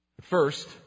First